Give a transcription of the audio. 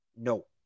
No